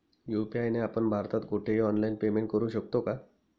UPI ने आपण भारतात कुठेही ऑनलाईन पेमेंट करु शकतो का?